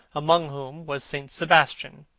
among whom was st. sebastian.